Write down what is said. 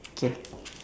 K